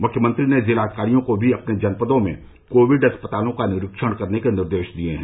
मुख्यमंत्री ने जिलाधिकारियों को भी अपने जनपदों में कोविड अस्पतालों का निरीक्षण करने के निर्देश दिए हैं